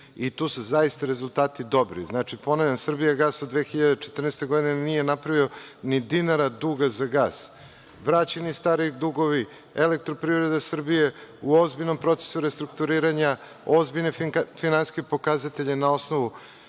i tu su zaista rezultati dobri. Ponavljam „Srbijagas“ od 2014. godine nije napravio ni dinara duga za gas, vraćeni stari dugovi, EPS je u ozbiljnom procesu restrukturiranja, ozbiljni finansijski pokazatelji na osnovu